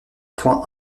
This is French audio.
point